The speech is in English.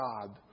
God